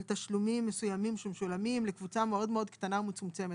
על תשלומים מסוימים שמשולמים לקבוצה מאוד מאוד קטנה ומצומצמת.